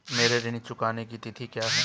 मेरे ऋण चुकाने की तिथि क्या है?